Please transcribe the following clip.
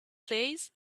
please